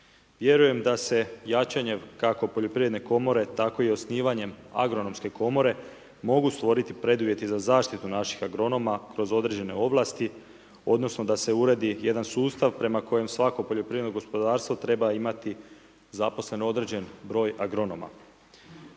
Vjerujem da se jačanjem kako poljoprivredne komore, tkao i osnivanjem agronomske komore mogu stvoriti preduvjeti za zaštitu naših agronoma kroz određene ovlasti, odnosno, da se uredi jedan sustav, prema kojem svako poljoprivredno gospodarstvo, treba imati zaposlen određeni br. agronoma.